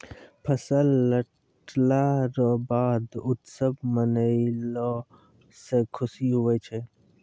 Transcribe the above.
फसल लटला रो बाद उत्सव मनैलो से खुशी हुवै छै